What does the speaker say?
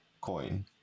coin